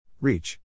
Reach